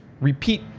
repeat